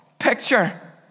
picture